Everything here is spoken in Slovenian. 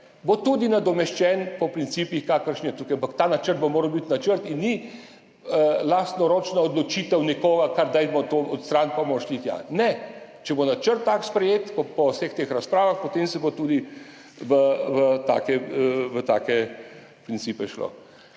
bo tudi nadomeščen po principih, kakršen je tukaj. Ampak ta načrt bo moral biti načrt in ni lastnoročna odločitev nekoga, kar dajmo to odstraniti pa bomo šli tja. Ne! Če bo tak načrt sprejet po vseh teh razpravah, potem se bo tudi v take principe šlo.